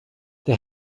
they